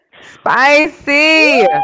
Spicy